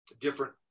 different